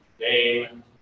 name